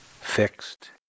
fixed